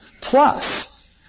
Plus